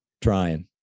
Trying